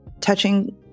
touching